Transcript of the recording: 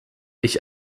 ich